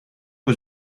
was